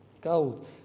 Gold